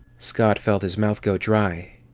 scott felt his mouth go dry.